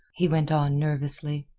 he went on nervously.